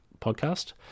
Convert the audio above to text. podcast